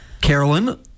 Carolyn